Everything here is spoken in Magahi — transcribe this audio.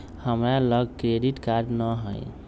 हमरा लग क्रेडिट कार्ड नऽ हइ